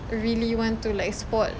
really want to like spot